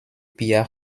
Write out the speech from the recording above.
pia